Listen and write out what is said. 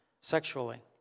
sexually